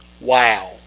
Wow